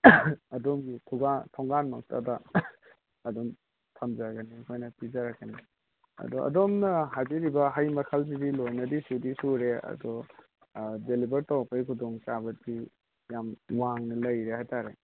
ꯑꯗꯣꯝꯒꯤ ꯊꯣꯡꯒꯥꯟꯃꯛꯇꯗ ꯑꯗꯨꯝ ꯊꯝꯖꯒꯅꯤ ꯑꯩꯈꯣꯏꯅ ꯄꯤꯖꯔꯛꯀꯅꯤ ꯑꯗꯣ ꯑꯗꯣꯝꯅ ꯍꯥꯏꯕꯤꯔꯤꯕ ꯍꯩ ꯃꯈꯜꯁꯤꯗꯤ ꯂꯣꯏꯅꯗꯤ ꯁꯨꯗꯤ ꯁꯨꯔꯦ ꯑꯗꯣ ꯗꯦꯂꯤꯕꯔ ꯇꯧꯔꯛꯄꯒꯤ ꯈꯨꯗꯣꯡ ꯆꯥꯕꯗꯤ ꯌꯥꯝ ꯋꯥꯡꯅ ꯂꯩꯔꯦ ꯍꯥꯏꯇꯔꯦ